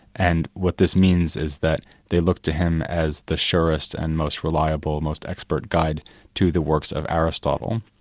and what this means is that they looked to him as the surest and most reliable and most expert guide to the works of aristotle.